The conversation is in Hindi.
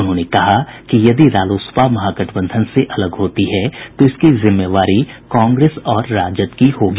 उन्होंने कहा कि यदि रालोसपा महागठबंधन से अलग होती है तो इसकी जिम्मेवारी कांग्रेस और राजद की होगी